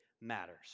matters